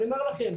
אני אומר לכם,